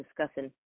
discussing